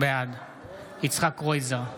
בעד יצחק קרויזר,